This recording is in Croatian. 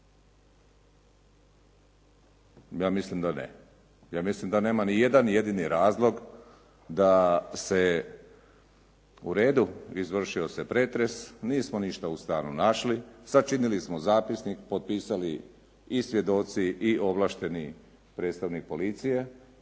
Ja mislim da ne. Ja mislim da nema ni jedan jedini razlog da se uredu izvršio se pretres, nismo ništa u stanu našli, sačinili smo zapisnik, potpisali i svjedoci i ovlašteni predstavnik policije,